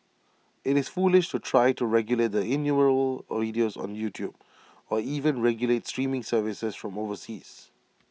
IT is foolish to try to regulate the innumerable videos on YouTube or even regulate streaming services from overseas